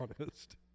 honest